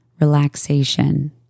relaxation